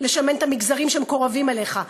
לשמן את המגזרים שמקורבים אליך,